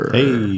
Hey